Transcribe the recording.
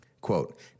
quote